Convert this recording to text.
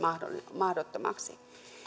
mahdottomaksi